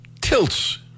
tilts